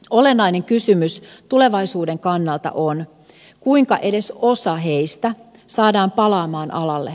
olennainen kysymys tulevaisuuden kannalta on kuinka edes osa heistä saadaan palaamaan alalle